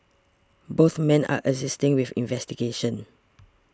both men are assisting with investigations